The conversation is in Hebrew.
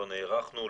לא נערכנו,